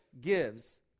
gives